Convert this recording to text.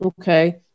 Okay